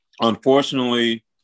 Unfortunately